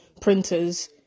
printers